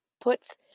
puts